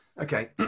Okay